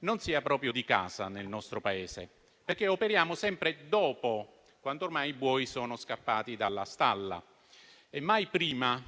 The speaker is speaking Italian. non sia proprio di casa nel nostro Paese, perché operiamo sempre dopo, quando ormai i buoi sono scappati dalla stalla, e mai prima.